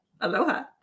Aloha